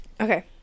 Okay